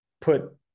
put